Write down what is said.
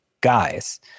guys